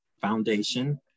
Foundation